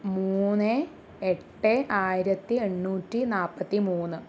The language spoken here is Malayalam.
മൂന്ന് എട്ട് ആയിരത്തി എണ്ണൂറ്റി നാൽപ്പത്തി മൂന്ന്